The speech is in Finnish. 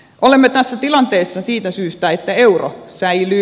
olemme tässä tilanteessa siitä syystä että euro säilyy